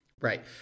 Right